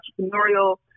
entrepreneurial